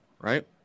right